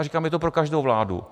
Říkám, je to pro každou vládu.